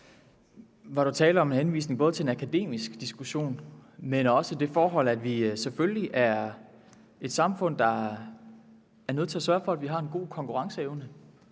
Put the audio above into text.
der jo tale om en henvisning, ikke alene til en akademisk diskussion, men også til det forhold, at vi selvfølgelig er et samfund, der er nødt til at sørge for, at vi har en god konkurrenceevne.